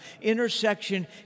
Intersection